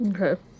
Okay